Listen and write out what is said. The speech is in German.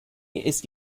ist